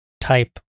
type